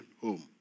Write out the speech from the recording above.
home